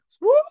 Woo